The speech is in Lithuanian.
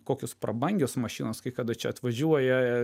kokios prabangios mašinos kai kada čia atvažiuoja